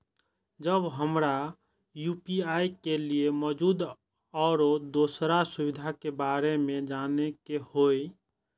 जब हमरा यू.पी.आई के लिये मौजूद आरो दोसर सुविधा के बारे में जाने के होय?